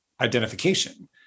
identification